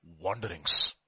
Wanderings